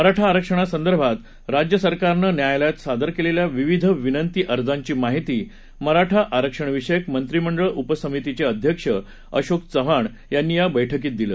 मराठा आरक्षणासंदर्भार राज्य सरकारनं न्यायालयात सादर केलेल्या विविध विनंती अर्जांची माहिती मराठा आरक्षणविषयक मंत्रीमंडळ उपसमितीचे अध्यक्ष अशोक चव्हाण यांनी या बैठकीत दिली